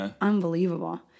unbelievable